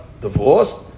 divorced